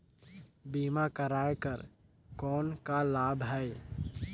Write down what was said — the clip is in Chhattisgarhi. बीमा कराय कर कौन का लाभ है?